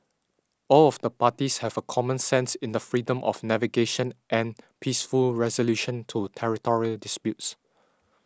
all of the parties have a common sense in the freedom of navigation and peaceful resolution to territory disputes